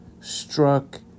struck